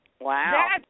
Wow